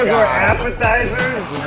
were appetizers!